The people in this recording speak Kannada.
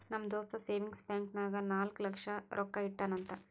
ನಮ್ ದೋಸ್ತ ಸೇವಿಂಗ್ಸ್ ಬ್ಯಾಂಕ್ ನಾಗ್ ನಾಲ್ಕ ಲಕ್ಷ ರೊಕ್ಕಾ ಇಟ್ಟಾನ್ ಅಂತ್